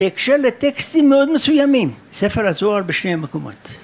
‫בהקשר לטקסטים מאוד מסוימים. ‫ספר הזוהר בשני המקומות.